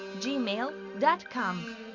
gmail.com